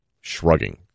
shrugging